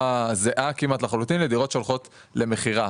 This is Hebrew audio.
זהה כמעט לחלוטין לדירות שהולכות למכירה.